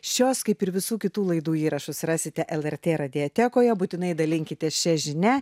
šios kaip ir visų kitų laidų įrašus rasite lrt radiotekoje būtinai dalinkitės šia žinia